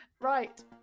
right